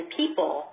people